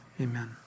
Amen